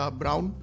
brown